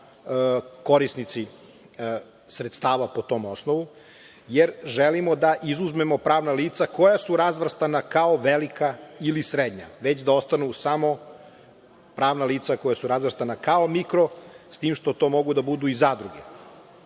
korisnici sredstava po tom osnovu, jer želimo da izuzmemo pravna lica koja su razvrstana kao velika ili srednja, već da ostanu samo pravna lica koja su razvrstana kao mikro, s tim što to mogu da budu i zadruge,